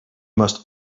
must